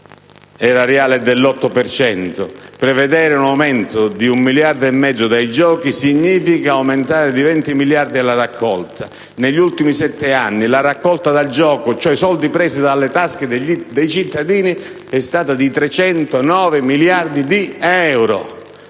per cento. Prevedere un aumento di un miliardo e mezzo dei giochi significa aumentare di 20 miliardi la raccolta. Negli ultimi sette anni la raccolta da gioco, cioè i soldi presi dalle tasche dei cittadini, è stata di 309 miliardi di euro.